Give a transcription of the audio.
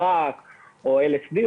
גראס או אל אס די,